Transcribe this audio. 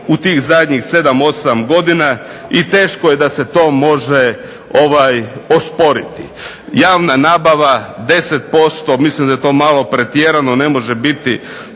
u tih zadnjih 7, 8 godina i teško je da se to može osporiti. Javna nabava 10%, mislim da je to malo pretjerano. Ne može biti